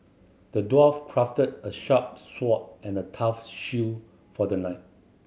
the dwarf crafted a sharp sword and a tough shield for the knight